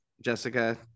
Jessica